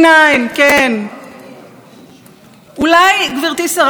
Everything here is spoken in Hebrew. אולי, גברתי שרת המשפטים, תחסכי זמן ומאמץ,